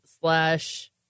slash